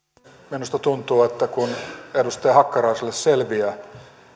minusta tuntuu että kun edustaja hakkaraiselle selviää